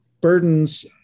burdens